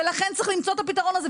ולכן צריך למצוא את הפתרון הזה,